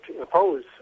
oppose